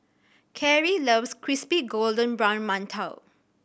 Cary loves crispy golden brown mantou